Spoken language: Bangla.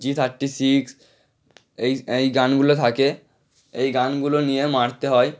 জি থার্টি সিক্স এই এই গানগুলো থাকে এই গানগুলো নিয়ে মারতে হয়